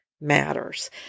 matters